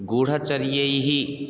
गूढचर्यैः